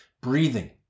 breathing